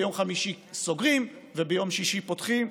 ביום חמישי סוגרים וביום שישי פותחים,